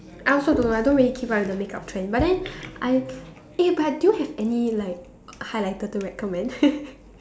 I also don't know I don't really keep up with the make-up trend but then I eh but do you have any like highlighter to recommend